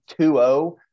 2-0